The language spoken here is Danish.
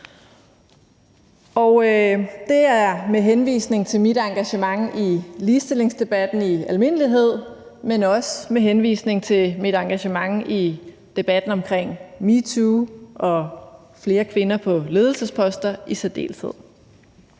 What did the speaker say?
Det er med henvisning til mit engagement i ligestillingsdebatten i almindelighed, men også med henvisning til mit engagement i debatten om metoo og i særdeleshed om flere kvinder på ledelsesposter. Når